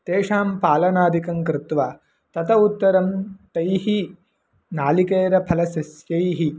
तेषां पालनादिकं कृत्वा ततः उत्तरं तैः नारिकेलफलसस्यैः